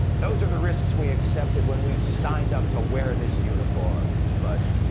those are the risks we accepted when we signed up to wear this uniform! but.